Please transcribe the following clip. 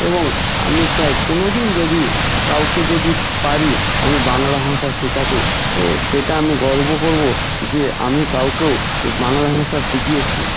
এবং আমি চাই কোনো দিন যদি কাউকে যদি পারি আমি বাংলা ভাষা শেখাতে সেটা আমি গর্ব করবো যে আমি কাউকেও বাংলা ভাষা শিখিয়েছি